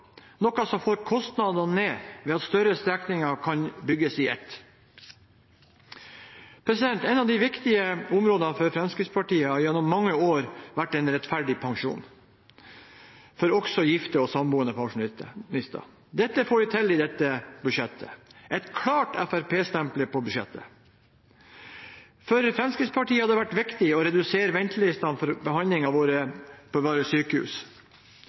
noe som får kostnadene ned ved at større strekninger kan bygges i ett. Et viktig område for Fremskrittspartiet gjennom mange år har vært en rettferdig pensjon også for gifte og samboende pensjonister. Det får vi til i dette budsjettet. Det er et klart Fremskrittsparti-stempel på budsjettet. For Fremskrittspartiet har det vært viktig å redusere ventelistene for behandling ved våre